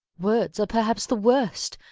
words are perhaps the worst.